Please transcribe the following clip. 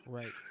Right